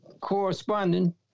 corresponding